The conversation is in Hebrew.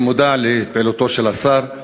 אני מודע לפעילותו של השר,